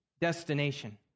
Destination